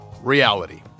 Reality